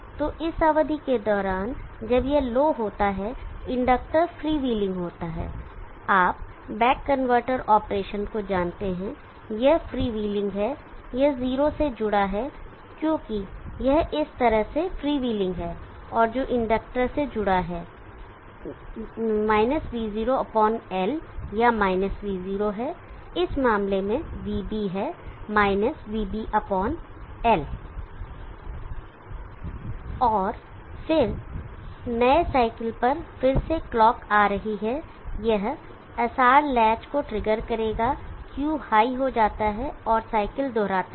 तो इस अवधि के दौरान जब यह लो होता है इंडक्टर फ्रीव्हीलिंग होता है आप बैक कन्वर्टर ऑपरेशन को जानते हैं यह फ़्रीव्हीलिंग है यह जीरो से जुड़ा है क्योंकि यह इस तरह से फ़्रीव्हीलिंग है और जो इंडक्टर से जुड़ा है -v0L या -v0 है इस मामले में vB है vBL और फिर नए साइकिल पर फिर से क्लॉक आ रही है यह SR लैच को ट्रिगर करेगा Q हाई हो जाता है और साइकिल दोहराता है